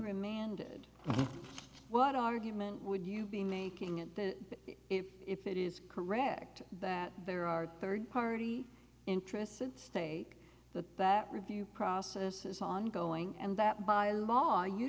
remanded what argument would you be making at it if it is correct that there are third party interests at stake that that review process is ongoing and that by law you